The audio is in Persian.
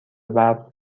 برق